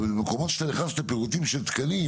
ובמקומות שבהם אתה נכנס לפירוטים של תקנים